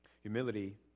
Humility